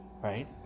Right